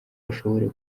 ashobore